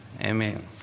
amen